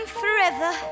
forever